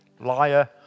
Liar